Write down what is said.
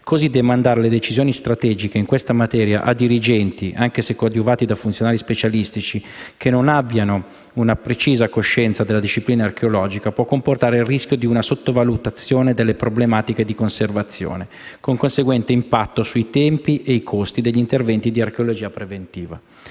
dunque le decisioni strategiche in questa materia a dirigenti - anche se coadiuvati da funzionari specialisti - che non abbiano una precisa coscienza della disciplina archeologica, può comportare il rischio di una sottovalutazione delle problematiche di conservazione, con conseguente impatto sui tempi e sui costi degli interventi di archeologia preventiva.